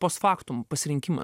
post factum pasirinkima